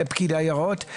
פקיד היערות,